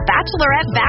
Bachelorette